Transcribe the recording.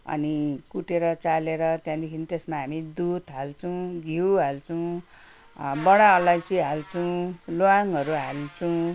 अनि कुटेर चालेर त्यहाँदेखि त्यसमा हामी दुध हाल्छौँ घिउ हाल्छौँ बडा अलैँची हाल्छौँ ल्वाङहरू हाल्छौँ